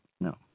No